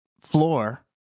floor